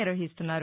నిర్వహిస్తున్నారు